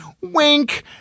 wink